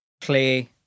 play